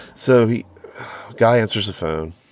so he guy answers the phone.